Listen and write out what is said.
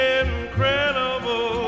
incredible